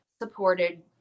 supported